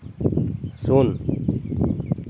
ᱥᱩᱱ